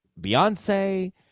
Beyonce